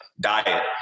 Diet